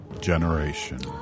Generation